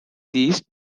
these